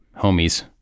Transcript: homies